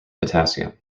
potassium